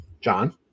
John